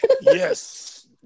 Yes